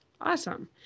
Awesome